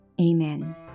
Amen